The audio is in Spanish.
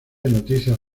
noticias